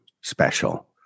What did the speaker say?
special